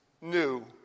new